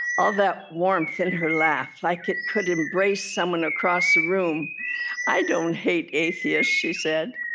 all that warmth in her laugh, like it could embrace someone across a room i don't hate atheists she said